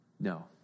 no